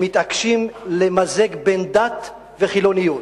שמתעקשים למזג בין דת לחילוניות,